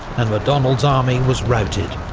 and macdonald's army was routed.